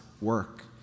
work